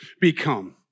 become